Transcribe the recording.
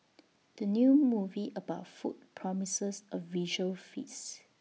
the new movie about food promises A visual feasts